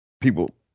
people